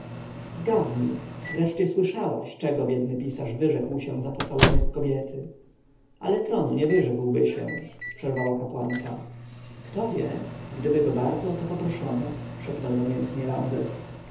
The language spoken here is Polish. zgadnij wreszcie słyszałaś czego biedny pisarz wyrzekł się za pocałunek kobiety ale tronu nie wyrzekłby się przerwała kapłanka kto wie gdyby go bardzo o to proszono szeptał namiętnie ramzes